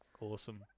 Awesome